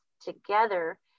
together